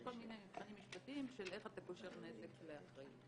יש כל מיני מבחנים משפטיים איך קושרים נזק לאחריות.